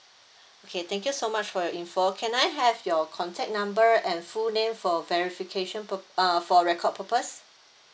okay thank you so much for your information can I have your contact number and full name for verification pur~ uh for record purpose